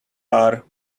are